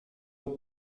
donc